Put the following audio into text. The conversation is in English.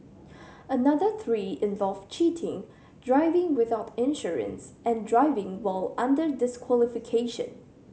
another three involve cheating driving without insurance and driving while under disqualification